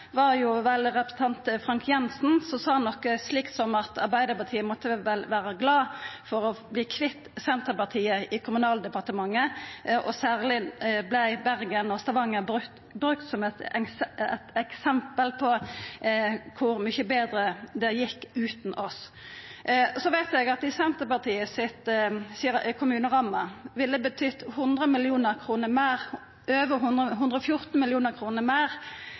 var representanten Frank J. Jenssen, som sa noko slikt som at Arbeidarpartiet måtte vera glad for å verta kvitt Senterpartiet i Kommunaldepartementet, og særleg vart Bergen og Stavanger brukte som eksempel på kor mykje betre det gjekk utan oss. Eg veit at Senterpartiet si kommuneramme ville betydd 114 mill. kr meir, dersom eg hugsar riktig, til Bergen i forhold til regjeringa sitt